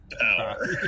power